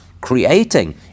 Creating